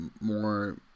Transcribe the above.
more